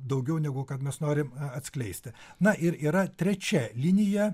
daugiau negu kad mes norim atskleisti na ir yra trečia linija